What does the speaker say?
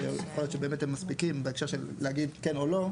שיכול להיות שהם באמת מספיקים בהקשר של להגיד האם כן או לא.